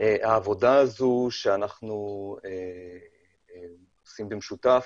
העבודה הזו שאנחנו עושים במשותף,